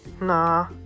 Nah